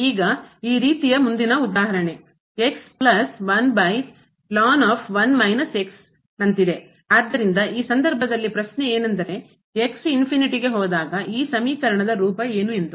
ಈಗ ಈ ರೀತಿಯ ಮುಂದಿನ ಉದಾಹರಣೆ ಆದ್ದರಿಂದ ಈ ಸಂದರ್ಭದಲ್ಲಿ ಪ್ರಶ್ನೆ ಏನೆಂದರೆ ಹೋದಾಗ ಈ ಸಮೀಕರಣದ ರೂಪ ಏನು ಎಂದು